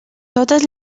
totes